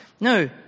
No